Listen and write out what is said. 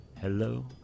Hello